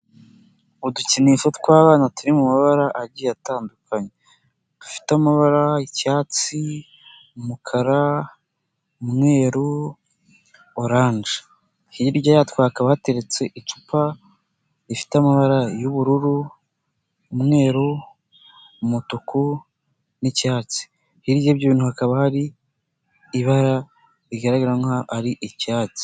Udukinisho tw'abana turi mu mabara agiye atandukanye, dufite amabara icyatsi, umukara umweru, oranje, hirya yatwo hakaba hateretse icupa rifite amabara y'ubururu, umweru umutuku n'icyatsi, hirya y'ibyo bintu hakaba hari ibara rigaragara nk'aho ari icyatsi.